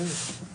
ברור.